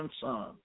son